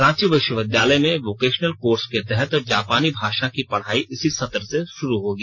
रांची विश्वविद्यालय में vocational course के तहत जापानी भाषा की पढ़ाई इसी सत्र से शुरू होगी